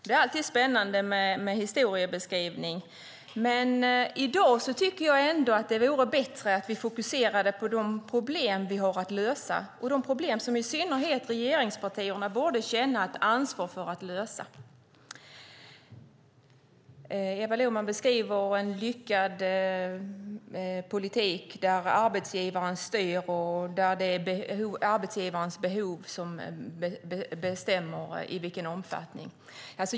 Det är alltid spännande med historia, men jag tycker att det är bättre om vi fokuserar på de problem vi har i dag och som i synnerhet regeringspartierna borde känna ett ansvar för att lösa. Eva Lohman beskriver en lyckad politik där arbetsgivaren styr och där arbetsgivarens behov bestämmer omfattningen.